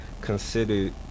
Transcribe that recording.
considered